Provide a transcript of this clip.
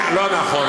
לא נכון.